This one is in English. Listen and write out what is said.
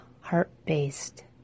heart-based